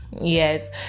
yes